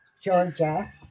Georgia